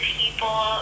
people